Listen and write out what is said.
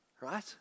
Right